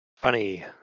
Funny